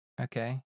Okay